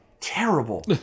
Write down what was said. terrible